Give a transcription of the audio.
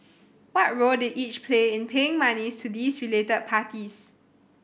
what role did each play in paying monies to these related parties